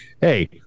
hey